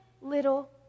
little